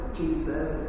jesus